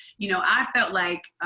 you know i felt like